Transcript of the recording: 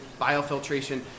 biofiltration